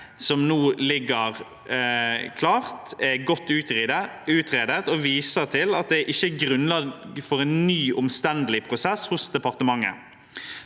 som nå ligger klart, er at det er godt utredet, og at det ikke er grunnlag for en ny omstendelig prosess i departementet.